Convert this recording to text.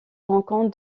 rencontre